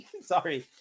Sorry